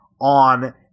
on